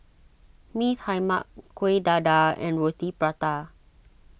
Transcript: Mee Tai Mak Kuih Dadar and Roti Prata